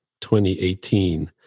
2018